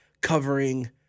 covering